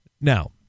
Now